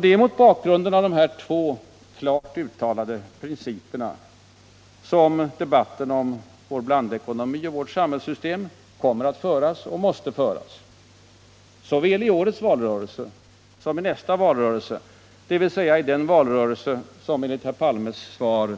Det är mot bakgrunden av dessa två klart uttalade principer som debatten om vår blandekonomi och vårt samhällssystem kommer att föras och måste föras, såväl i årets valrörelse som i nästa valrörelse, dvs. i den valrörelse som enligt herr Palmes svar